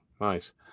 Nice